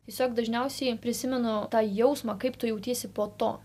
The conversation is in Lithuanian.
tiesiog dažniausiai prisimenu tą jausmą kaip tu jautiesi po to